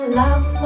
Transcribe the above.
love